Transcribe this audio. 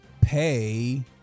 Pay